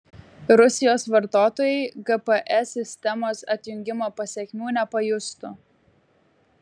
rusijos vartotojai gps sistemos atjungimo pasekmių nepajustų